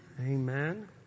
Amen